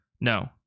No